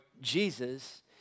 Jesus